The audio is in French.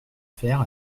faire